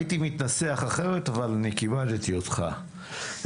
הייתי מתנסח אחרת, אבל כיבדתי אותך.